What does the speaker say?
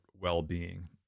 well-being